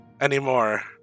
anymore